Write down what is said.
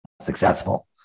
successful